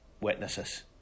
witnesses